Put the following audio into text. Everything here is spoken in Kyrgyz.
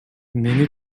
мени